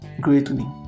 greatly